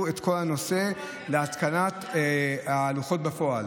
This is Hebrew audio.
את כל הנושא של התקנת הלוחות בפועל.